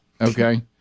okay